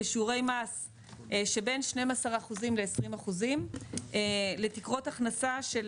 בשיעורי מס שבין 12%-20% לתקרות הכנסה של